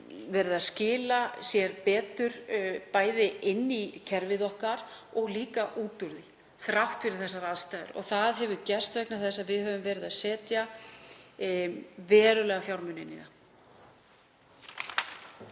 hafa skilað sér betur, bæði inn í kerfið okkar og líka út úr því þrátt fyrir þessar aðstæður. Það hefur gerst vegna þess að við höfum sett verulega fjármuni í það.